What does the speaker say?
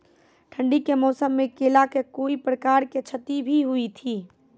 ठंडी के मौसम मे केला का कोई प्रकार के क्षति भी हुई थी?